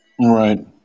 Right